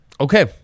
Okay